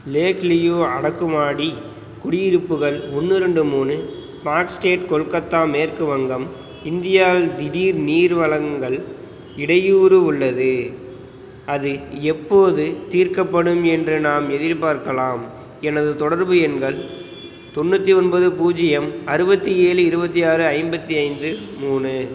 லேக்லையும் அடுக்குமாடி குடியிருப்புகள் ஒன்று ரெண்டு மூணு பார்க் ஸ்டேட் கொல்கத்தா மேற்கு வங்கம் இந்தியாவில் திடீர் நீர் வழங்கல் இடையூறு உள்ளது அது எப்போது தீர்க்கப்படும் என்று நாம் எதிர்பார்க்கலாம் எனது தொடர்பு எண்கள் தொண்ணூற்றி ஒன்பது பூஜ்ஜியம் அறுபத்தி ஏழு இருபத்தி ஆறு ஐம்பத்தி ஐந்து மூணு